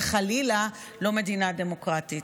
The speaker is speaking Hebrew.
וחלילה לא מדינה דמוקרטית.